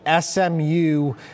SMU